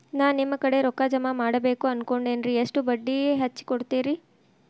ನಾ ನಿಮ್ಮ ಕಡೆ ರೊಕ್ಕ ಜಮಾ ಮಾಡಬೇಕು ಅನ್ಕೊಂಡೆನ್ರಿ, ಎಷ್ಟು ಬಡ್ಡಿ ಹಚ್ಚಿಕೊಡುತ್ತೇರಿ?